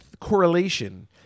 correlation